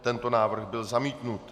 Tento návrh byl zamítnut.